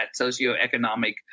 socioeconomic